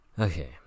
Okay